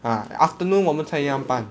ah afternoon 我们才一样班